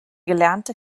gelernte